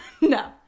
No